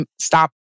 stop